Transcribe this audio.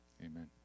Amen